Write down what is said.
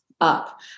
up